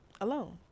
alone